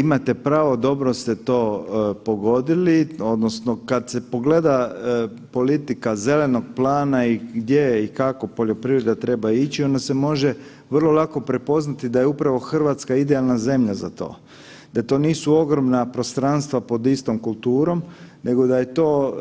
Je, imate pravo, dobro ste to pogodili odnosno kad se pogleda politika Zelenog plana i gdje je i kako poljoprivreda treba ići onda se može vrlo lako prepoznati da je upravo RH idealna zemlja za to, da to nisu ogromna prostranstva pod istom kulturom nego da je to,